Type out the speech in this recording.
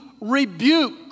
rebuke